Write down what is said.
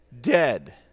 dead